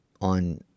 on